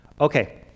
Okay